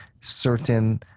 certain